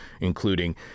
including